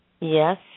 Yes